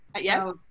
Yes